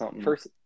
first